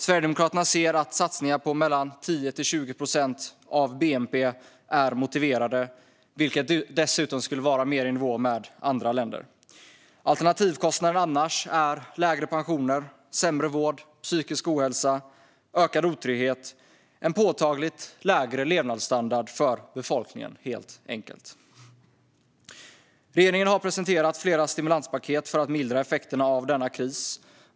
Sverigedemokraterna anser att satsningar på 10-20 procent av bnp är motiverade, vilket dessutom skulle vara mer i nivå med andra länder. Alternativkostnaden är annars lägre pensioner, sämre vård, psykisk ohälsa, ökad otrygghet och en helt enkelt påtagligt lägre levnadsstandard för befolkningen. Regeringen har presenterat flera stimulanspaket för att mildra effekterna av denna kris.